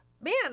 man